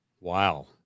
Wow